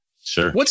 Sure